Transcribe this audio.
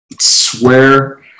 swear